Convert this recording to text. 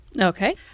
Okay